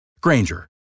Granger